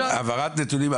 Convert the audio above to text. העברת נתונים,